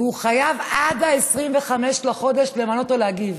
והוא חייב עד 25 בחודש למנות או להגיב.